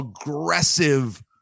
aggressive